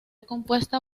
compuesta